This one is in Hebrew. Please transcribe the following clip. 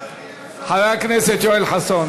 כמה תרגילים אפשר לעשות בשעה אחת, אדוני?